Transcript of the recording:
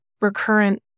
recurrent